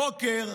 הבוקר,